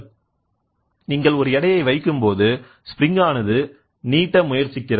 எனவே நீங்கள் ஒரு எடையை வைக்கும்போது ஸ்ப்ரிங் ஆனது நீட்ட முயற்சிக்கிறது